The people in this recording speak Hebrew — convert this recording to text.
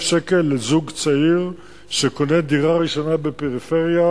שקל לזוג צעיר שקונה דירה ראשונה בפריפריה,